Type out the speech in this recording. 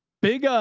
big,